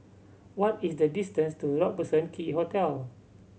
what is the distance to Robertson Quay Hotel